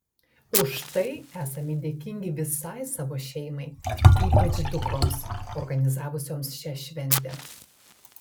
už tai esami dėkingi visai savo šeimai ypač dukroms organizavusioms šią šventę